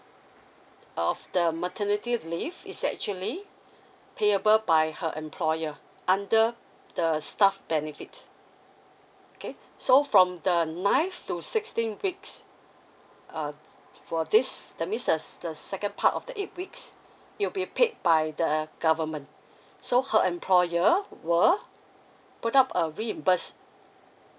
of the maternity leave is actually payable by her employer under the staff benefit okay so from the ninth to sixteenth weeks uh for this that means the the second part of the eight weeks it'll be paid by the government so her employer will put up a reimburse